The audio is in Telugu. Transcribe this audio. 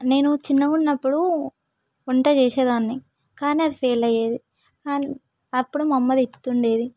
నేను చిన్నగా ఉన్నపుడు వంట చేసేదాన్ని కానీ అది ఫెయిల్ అయ్యేది అప్పుడు మా అమ్మ తిడుతూ ఉండేది